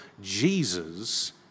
Jesus